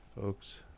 folks